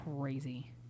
crazy